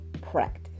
practice